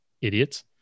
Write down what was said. idiots